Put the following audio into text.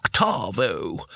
octavo